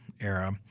era